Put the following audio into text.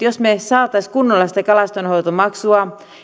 jos me saisimme kunnolla sitä kalastonhoitomaksua